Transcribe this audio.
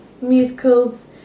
musicals